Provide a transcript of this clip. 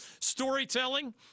Storytelling